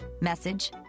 message